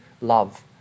love